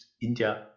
India